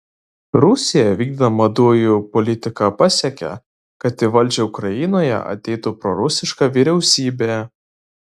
rusija vykdydama dujų politiką pasiekė kad į valdžią ukrainoje ateitų prorusiška vyriausybė